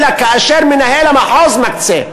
אלא כאשר מנהל המחוז מקצה.